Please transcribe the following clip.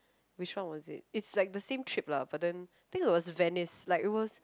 which one was it it's like the same trip lah but then think it was Venice like it was